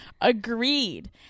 agreed